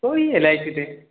ওই এলআইসিতে